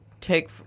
take